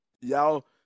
y'all